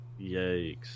Yikes